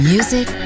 Music